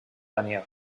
daniel